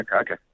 okay